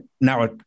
now